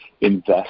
invest